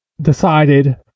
decided